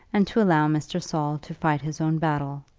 and to allow mr. saul to fight his own battle.